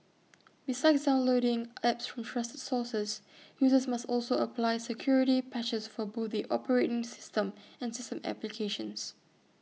besides downloading apps from trusted sources users must also apply security patches for both the operating system and system applications